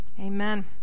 Amen